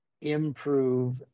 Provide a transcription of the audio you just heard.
improve